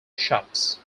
shops